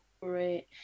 Great